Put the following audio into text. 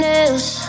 else